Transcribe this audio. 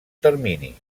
termini